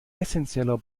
essenzieller